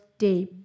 day